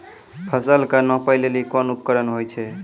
फसल कऽ नापै लेली कोन उपकरण होय छै?